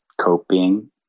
coping